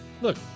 look